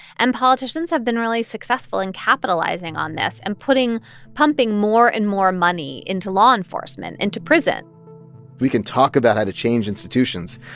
and politicians have been really successful in capitalizing on this and putting pumping more and more money into law enforcement, into prison we can talk about how to change institutions,